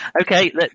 Okay